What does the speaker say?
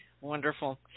Wonderful